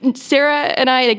and sarah and i,